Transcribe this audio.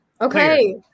Okay